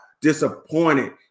disappointed